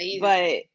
but-